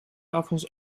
avonds